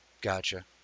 Gotcha